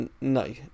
No